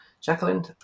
Jacqueline